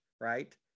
right